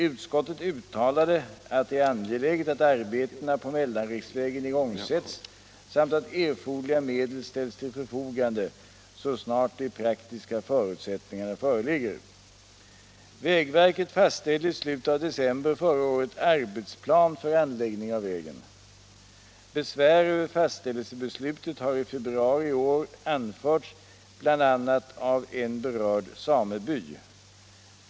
Utskottet uttalade att det är angeläget att arbetena på mellanriksvägen igångsätts samt att erforderliga medel ställs till förfogande så snart de praktiska förutsättningarna föreligger. Vägverket fastställde i slutet av december förra året arbetsplan för anläggning av vägen. Besvär över fastställelsebeslutet har i februari i år anförts bl.a. av en berörd sameby.